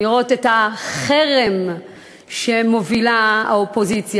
לראות את החרם שמובילה האופוזיציה.